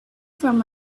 from